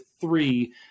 three